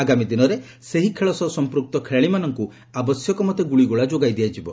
ଆଗାମୀ ଦିନରେ ସେହି ଖେଳ ସହ ସମ୍ପୁକ୍ତ ଖେଳାଳିମାନଙ୍କୁ ଆବଶ୍ୟକମତେ ଗୁଳିଗୋଳା ଯୋଗାଇ ଦିଆଯିବ